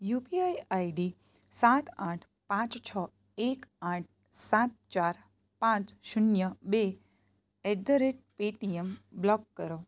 UPI ID સાત આઠ પાંચ છ એક આઠ સાત ચાર પાંચ શૂન્ય બે at the rate Paytm block કરો